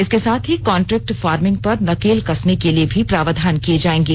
इसके साथ ही कॉन्ट्रैक्ट फॉर्मिंग पर नकेल कसने के लिए भी प्रावधान किए जाएंगे